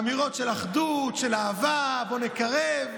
אמירות של אחדות, של אהבה, בוא נקרב,